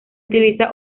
utiliza